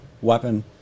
weapon